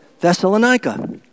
Thessalonica